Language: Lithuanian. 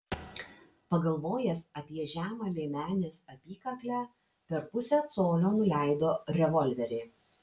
pagalvojęs apie žemą liemenės apykaklę per pusę colio nuleido revolverį